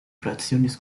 fracciones